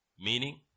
Meaning